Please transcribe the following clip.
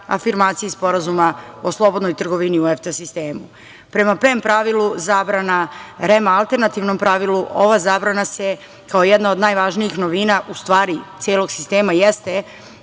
afirmaciji Sporazuma o slobodnoj trgovini u EFTA sistemu. Prema PEM pravilu zabrana REM-a alternativnom pravilu ova zabrana se, kao jedna od najvažnijih novina, u stvari, celog sistema jeste